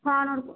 খাওয়ানোর